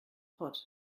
pot